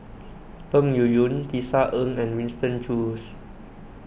Peng Yuyun Tisa Ng and Winston Choos